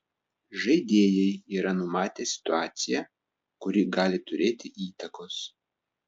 žaidėjai yra numatę situaciją kuri gali turėti įtakos